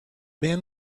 man